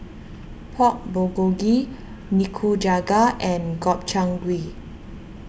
Pork Bulgogi Nikujaga and Gobchang Gui